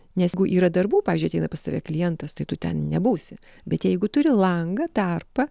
nes gu yra darbų pavyzdžiui ateina pas tave klientas tai tu ten nebūsi bet jeigu turi langą tarpą